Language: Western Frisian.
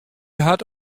hat